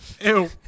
Ew